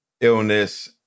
illness